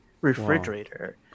Refrigerator